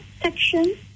section